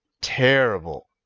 Terrible